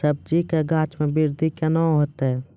सब्जी के गाछ मे बृद्धि कैना होतै?